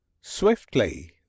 Swiftly